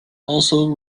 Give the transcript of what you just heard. also